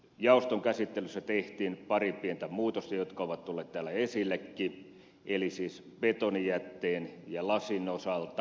jaoston käsittelyssä tehtiin pari pientä muutosta jotka ovat tulleet täällä esillekin betonijätteen ja lasin osalta